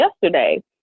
yesterday